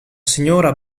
signora